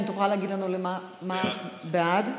בעד,